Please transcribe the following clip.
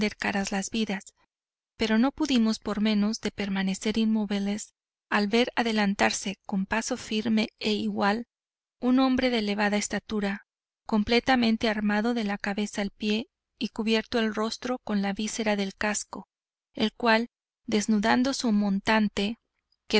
caras las vidas pero no pudimos por menos de permanecer inmóviles al ver adelantarse con paso firme e igual un hombre de elevada estatura completamente armado de la cabeza al pie y cubierto el rostro con la visera del casco el cual desnudando su montante